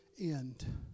end